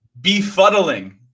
befuddling